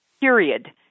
period